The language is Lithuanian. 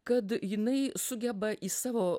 kad jinai sugeba į savo